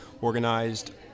Organized